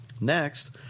Next